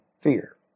fear